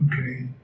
Okay